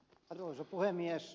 arvoisa puhemies